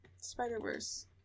Spider-Verse